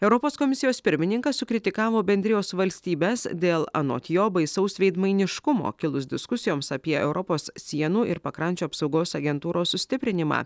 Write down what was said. europos komisijos pirmininkas sukritikavo bendrijos valstybes dėl anot jo baisaus veidmainiškumo kilus diskusijoms apie europos sienų ir pakrančių apsaugos agentūros sustiprinimą